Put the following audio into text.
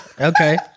Okay